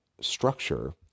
structure